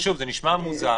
זה נשמע מוזר,